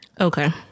Okay